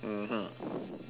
mmhmm